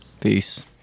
Peace